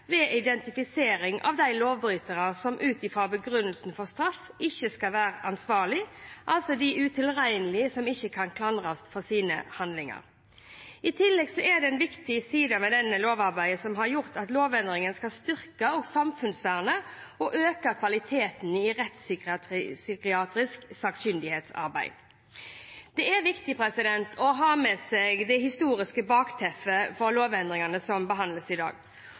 ved identifisering av de lovbrytere som ut fra begrunnelsen for straff ikke skal være ansvarlige, altså de utilregnelige som ikke kan klandres for sine handlinger. I tillegg er en viktig side ved dette lovarbeidet at lovendringene skal styrke samfunnsvernet og øke kvaliteten i rettspsykiatrisk sakkyndighetsarbeid. Det er viktig å ha med seg det historiske bakteppet for lovendringene som behandles i dag.